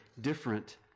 different